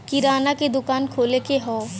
किराना के दुकान खोले के हौ